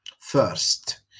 First